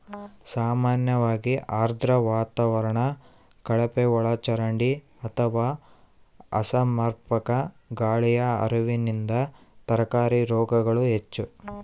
ಸಾಮಾನ್ಯವಾಗಿ ಆರ್ದ್ರ ವಾತಾವರಣ ಕಳಪೆಒಳಚರಂಡಿ ಅಥವಾ ಅಸಮರ್ಪಕ ಗಾಳಿಯ ಹರಿವಿನಿಂದ ತರಕಾರಿ ರೋಗಗಳು ಹೆಚ್ಚು